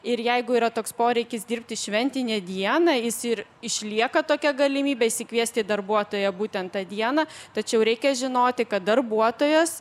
ir jeigu yra toks poreikis dirbti šventinę dieną jis ir išlieka tokia galimybė išsikviesti darbuotoją būtent tą dieną tačiau reikia žinoti kad darbuotojas